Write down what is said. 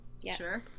Yes